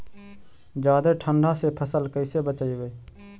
जादे ठंडा से फसल कैसे बचइबै?